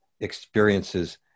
experiences